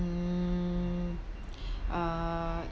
mm uh